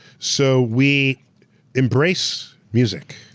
so, we embrace music,